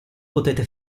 potete